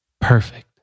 perfect